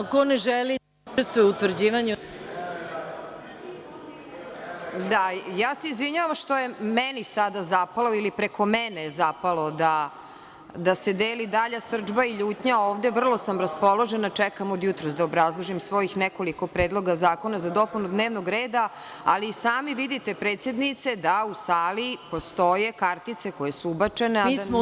Izvinjavam se što je meni sada zapalo ili preko mene je zapalo da se deli dalja srdžba i ljutnja ovde, vrlo sam raspoložena, čekam od jutros da obrazložim svojih nekoliko predloga zakona za dopunu dnevnog reda, ali i sami vidite predsednice da u sali postoje kartice koje su ubačene, a da nema mesta.